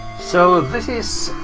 so this is